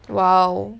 !wow!